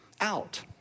out